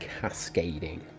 cascading